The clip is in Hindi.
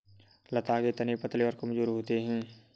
लता के तने पतले और कमजोर होते हैं